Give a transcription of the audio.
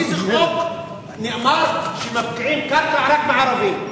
באיזה חוק נאמר שמפקיעים קרקע רק מערבים?